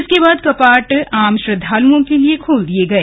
इसके बाद कपाट आम श्रद्धालुओं के लिए खोल दिये गये